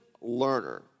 learner